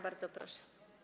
Bardzo proszę.